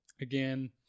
again